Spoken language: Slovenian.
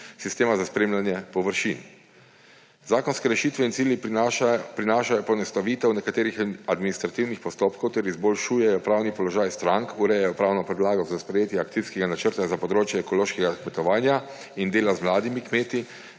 sistema za spremljanje površin. Zakonske rešitve in cilji prinašajo poenostavitev nekaterih administrativnih postopkov ter izboljšujejo pravni položaj strank, urejajo pravno podlago za sprejetje akcijskega načrta za področje ekološkega kmetovanja in dela z mladimi kmeti,